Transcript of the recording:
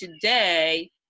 today